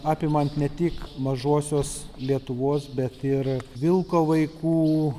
apimant ne tik mažosios lietuvos bet ir vilko vaikų